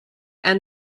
and